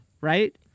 right